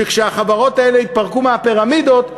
שכשהחברות האלה יתפרקו מהפירמידות,